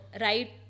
right